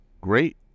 great